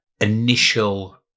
initial